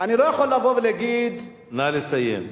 נא לסיים.